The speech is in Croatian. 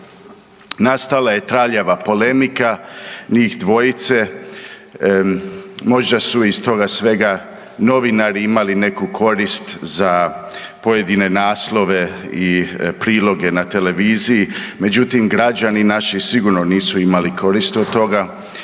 Nastala je traljava polemika njih dvojice, možda su iz toga svega novinari imali neku korist za pojedine naslove i priloge na televiziji, međutim, građani naši sigurno nisu imali koristi od toga